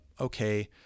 okay